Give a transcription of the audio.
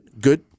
good